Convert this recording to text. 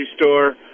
store